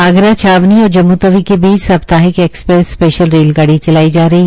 आगरा छावनी और जम्मूतवी के बीच साप्ताहिक एक्सप्रेस स्पैशल रेल गाड़ी चलाई जा रही है